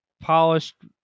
polished